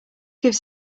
gives